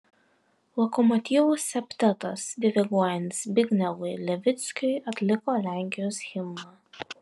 lokomotyvų septetas diriguojant zbignevui levickiui atliko lenkijos himną